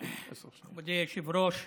אדוני היושב-ראש,